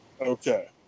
Okay